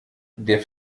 der